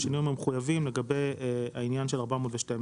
בטור זה יחולו בהתאמה אף לגבי פסקה זו."